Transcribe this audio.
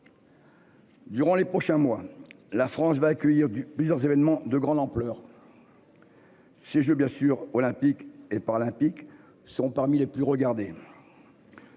Durant les prochains mois. La France va accueillir du plusieurs événements de grande ampleur. Ces jeux bien sûr olympique et par. Sont parmi les plus regardées.